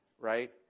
right